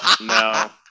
no